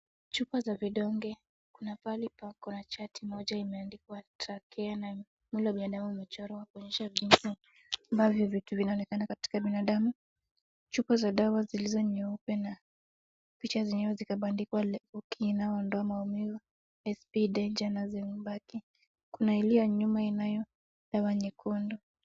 Chupa za vidonge. Kuna mahali pako na charti moja imeandikwa trachea na mwili wa binadamu umechorwa kuonyesha viungo ambavyo vitu vinaonekana katika binadamu. Chupa za dawa zilizo nyeupe na picha zenyewe zikabandikwa leokil nao maumivu. SP Daje na zembaki. Kuna iliyo nyuma inayo dawa nyekundu.